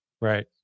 right